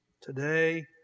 Today